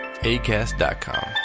ACAST.COM